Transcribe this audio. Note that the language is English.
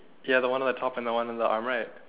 ya are the one on the top and the one on the arm right